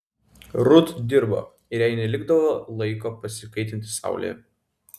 rut dirbo ir jai nelikdavo laiko pasikaitinti saulėje